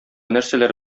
нәрсәләр